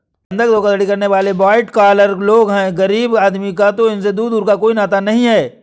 बंधक धोखाधड़ी करने वाले वाइट कॉलर लोग हैं गरीब आदमी का तो इनसे दूर दूर का कोई नाता नहीं है